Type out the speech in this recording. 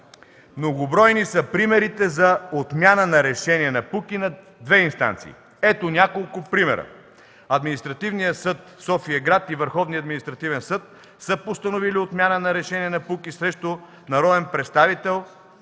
Многобройни са примерите за отмяна на решения на КПУКИ на две инстанции. Ето няколко примера. Административният съд София-град и Върховният административен съд са постановили отмяна на решение на КПУКИ срещу бившия председател на